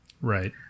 Right